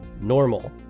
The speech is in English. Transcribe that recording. normal